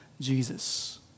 Jesus